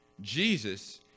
Jesus